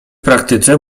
praktyce